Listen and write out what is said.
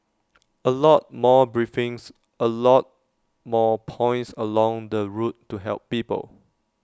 A lot more briefings A lot more points along the route to help people